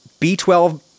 B12